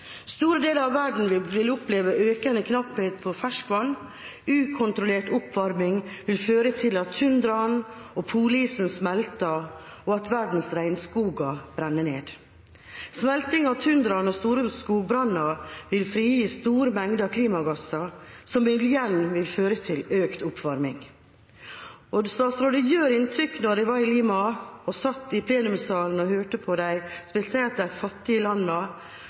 Store deler av verden vil oppleve økende knapphet på ferskvann. Ukontrollert oppvarming vil føre til at tundraen og polisen smelter og at verdens regnskoger brenner ned. Smelting av tundraen og store skogbranner vil frigi store mengder klimagasser som igjen vil føre til økt oppvarming. Det gjorde inntrykk da vi satt i plenumsalen i Lima og hørte på spesielt de fattige landene som nå opplever klimaendringene på kroppen. Bresmeltingen i